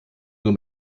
nur